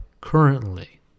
currently